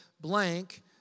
Blank